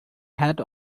hat